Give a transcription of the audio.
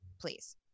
please